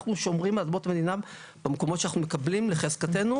אנחנו שומרים על אדמות מדינה במקומות שאנחנו מקבלים לחזקתנו,